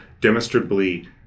demonstrably